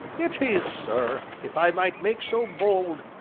it is, sir, if i might make so bold,